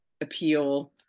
appeal